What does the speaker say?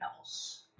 else